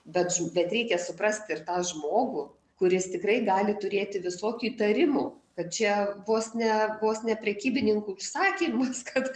bet žm bet reikia suprast ir tą žmogų kuris tikrai gali turėti visokių įtarimų kad čia vos ne vos ne prekybininkų užsakymas kad